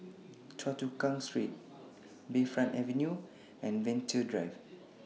Choa Chu Kang Street Bayfront Avenue and Venture Drive